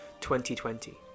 2020